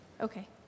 Okay